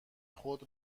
خود